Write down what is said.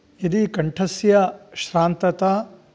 यदि कण्ठस्य श्रान्तता